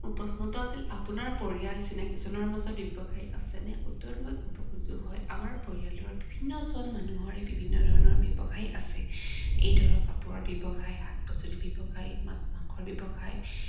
মোৰ প্ৰশ্নটো আছিল আপোনাৰ পৰিয়াল চিনাকিজনৰ মাজত ব্যৱসায় আছেনে উত্তৰত মই ক'ব খোজোঁ হয় আমাৰ পৰিয়ালৰ বিভিন্নজন মানুহৰে বিভিন্ন ধৰণৰ ব্যৱসায় আছে এই ধৰক কাপোৰৰ ব্যৱসায় শাক পাচলি ব্যৱসায় মাছ মাংসৰ ব্যৱসায়